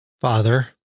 Father